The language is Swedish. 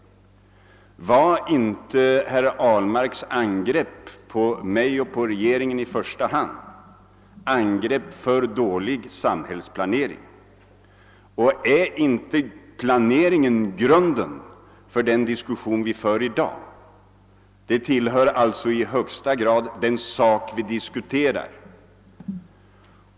Var inte herr Ahlmarks angrepp på mig och på regeringen i första hand angrepp för dålig samhällsplanering, och är inte planeringen grunden för den diskussion som vi för i dag? Samhällsplaneringen tillhör alltså i högsta grad det ämne som vi diskuterar.